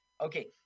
Okay